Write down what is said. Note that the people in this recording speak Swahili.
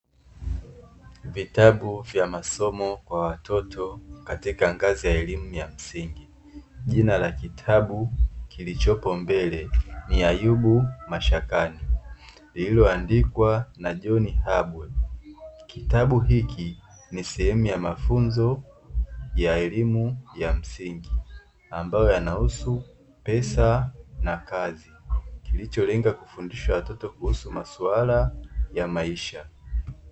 Vitabu vya masomo kwa watoto katika ngazi ya elimu ya msingi, jina la kitabu kilichopo mbele ni ayubu mashakani, lililo andikwa na John Kabwe, kitabu hiki ni sehemu ya mafunzo ya elimu ya msingi, ambayo yanahusu pesa na kazi, kilicholenga kufundisha watoto kuhusu maswala ya maisha.